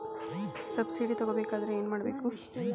Subsidy ತಗೊಬೇಕಾದರೆ ಏನು ಮಾಡಬೇಕು?